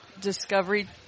Discovery